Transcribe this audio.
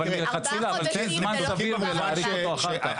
אבל מלכתחילה תן זמן סביר כדי להאריך אותו אחר כך.